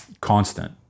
constant